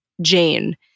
Jane